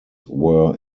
were